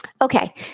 Okay